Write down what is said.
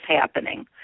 happening